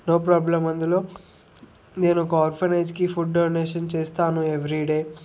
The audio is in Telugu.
నో ప్రాబ్లమ్ అందులో నేను ఒక ఆర్ఫనైజ్కి ఫుడ్ డొనేషన్ చేస్తాను ఎవిరిడే